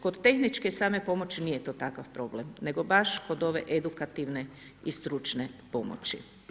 Kod tehničke same pomoći nije to takav problem, nego baš kod ove edukativne i stručne pomoći.